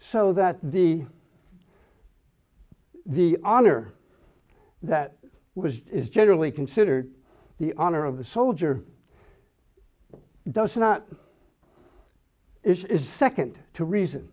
so that the the honor that was is generally considered the honor of the soldier does not is second to reason